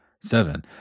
Seven